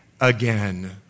again